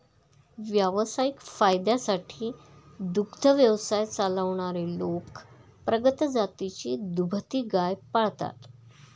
व्यावसायिक फायद्यासाठी दुग्ध व्यवसाय चालवणारे लोक प्रगत जातीची दुभती गाय पाळतात